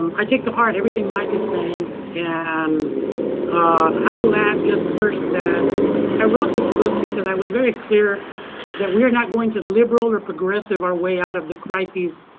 i take to heart everything mike is saying, and i will add just first that i wrote this book because i was very clear that we are not going to liberal or progressive our way out of the crises,